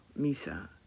Misa